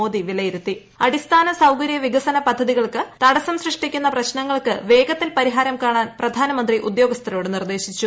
മോദി വിലയിരൂത്തി അടിസ്ഥാന സൌകര്യ വികസന പദ്ധതികൾക്ക് തടസം സൃഷ്ടിക്കുന്ന പ്രശ്നങ്ങൾക്ക് വേഗത്തിൽ പരിഹാരം കാണ്ടൂൻ പ്രധാനമന്ത്രി ഉദ്യോഗസ്ഥരോട് നിർദ്ദേശിച്ചു